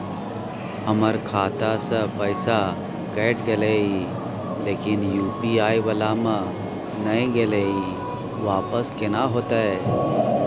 हमर खाता स पैसा कैट गेले इ लेकिन यु.पी.आई वाला म नय गेले इ वापस केना होतै?